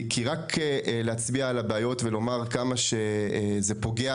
כי רק להצביע על הבעיות ולומר כמה שזה פוגע